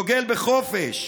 דוגל בחופש'...